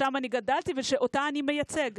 שם גדלתי ואותה אני מייצג.